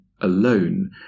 alone